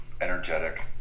energetic